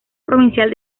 provincial